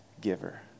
giver